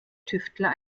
tüftler